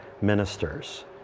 ministers